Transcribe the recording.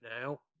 now